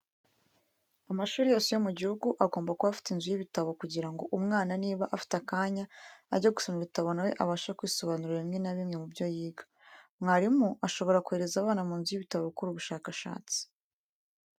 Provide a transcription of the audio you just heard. Amashuri yose mu gihugu agomba kuba afite inzu y'ibitabo kugira ngo umwana niba afite akanya ajye gusoma ibitabo na we abashe kwisobanurira bimwe na bimwe mu byo yiga. Mwarimu ashobora kohereza abana mu nzu y'ibitabo gukora ubushakashatsi.